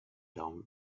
down